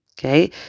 Okay